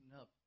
up